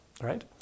right